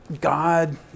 God